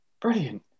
Brilliant